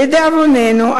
לדאבוננו,